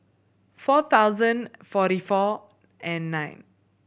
four thousand forty four and nine